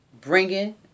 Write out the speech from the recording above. Bringing